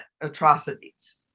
atrocities